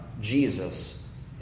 Jesus